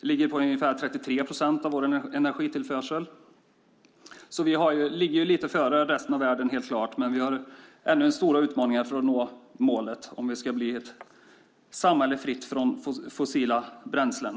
Det ligger på ungefär 33 procent av vår energitillförsel. Vi ligger helt klart lite före resten av världen. Men vi har ännu stora utmaningar om vi ska nå målet att bli ett samhälle fritt från fossila bränslen.